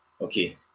Okay